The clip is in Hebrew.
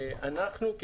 אנחנו,